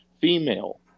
female